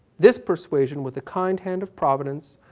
this persuasion with the kind hand of providence,